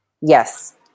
Yes